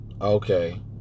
Okay